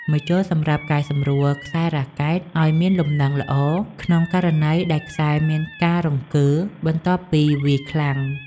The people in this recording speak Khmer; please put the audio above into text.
ម្ជុលសម្រាប់កែសម្រួលខ្សែរ៉ាកែតឱ្យមានលំនឹងល្អក្នុងករណីដែលខ្សែមានការរង្គើបន្ទាប់ពីវាយខ្លាំង។